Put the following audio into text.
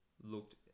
looked